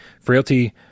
Frailty